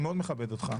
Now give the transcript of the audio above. אני מאוד מכבד אותך,